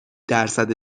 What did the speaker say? درصد